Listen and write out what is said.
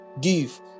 give